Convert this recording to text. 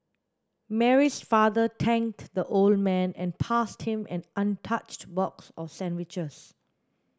Mary's father thanked the old man and passed him an untouched box of sandwiches